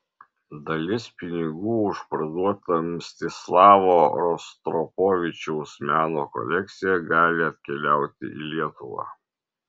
dalis pinigų už parduotą mstislavo rostropovičiaus meno kolekciją gali atkeliauti į lietuvą